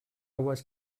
was